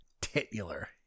Titular